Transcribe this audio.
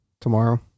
tomorrow